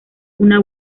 una